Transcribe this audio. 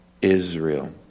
Israel